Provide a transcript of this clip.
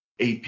ap